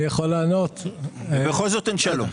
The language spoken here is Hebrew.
שלום,